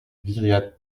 viriat